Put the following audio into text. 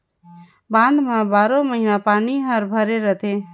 बांध म बारो महिना पानी हर भरे रथे